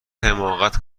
حماقت